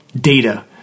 data